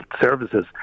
services